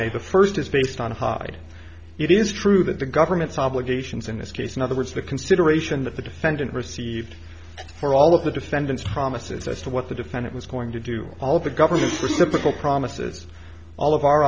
may the first is based on a it is true that the government's obligations in this case in other words the consideration that the defendant received for all of the defendant's promises as to what the defendant was going to do all the government's reciprocal promises all of our